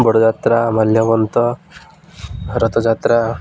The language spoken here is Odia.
ବଡ଼ଯାତ୍ରା ମାଲ୍ୟବନ୍ତ ରଥଯାତ୍ରା